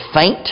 faint